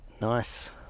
nice